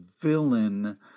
villain